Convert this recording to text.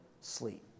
sleep